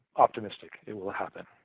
optimistic it will happen.